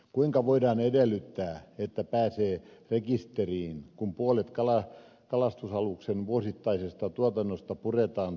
kuinka voidaan edellyttää että pääsee rekisteriin kun puolet kalastusaluksen vuosittaisesta tuotannosta puretaan suomeen